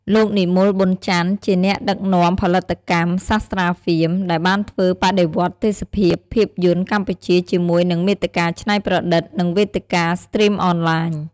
លោក និមល ប៊ុនច័ន្ទ ជាអ្នកដឹកនាំផលិតកម្ម សាស្ត្រា ហ្វៀម ដែលបានធ្វើបដិវត្តន៍ទេសភាពភាពយន្តកម្ពុជាជាមួយនឹងមាតិកាច្នៃប្រឌិត និងវេទិកាស្ទ្រីមអនឡាញ។